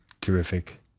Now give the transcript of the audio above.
terrific